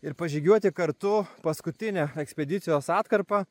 ir pažygiuoti kartu paskutinę ekspedicijos atkarpą